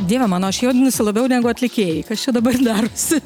dieve mano aš jaudinuosi labiau negu atlikėjai kas čia dabar darosi